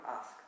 ask